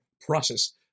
Process